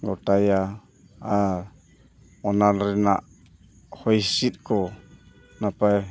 ᱜᱚᱴᱟᱭᱟ ᱟᱨ ᱚᱱᱟ ᱨᱮᱱᱟᱜ ᱦᱚᱭ ᱦᱤᱸᱥᱤᱫ ᱠᱚ ᱱᱟᱯᱟᱭ